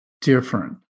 different